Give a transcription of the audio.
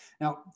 Now